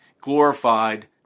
glorified